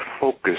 focus